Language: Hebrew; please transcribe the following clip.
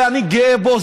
אני גאה בו,